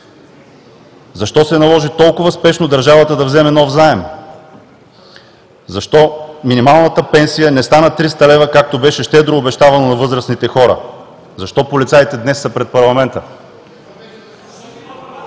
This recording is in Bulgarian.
Защо се наложи толкова спешно държавата да вземе нов заем? Защо минималната пенсия не стана 300 лв., както беше щедро обещавано на възрастните хора? Защо полицаите днес са пред парламента?